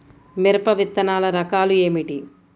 మిరప విత్తనాల రకాలు ఏమిటి?